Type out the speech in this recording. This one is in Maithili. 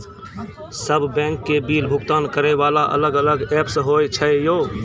सब बैंक के बिल भुगतान करे वाला अलग अलग ऐप्स होय छै यो?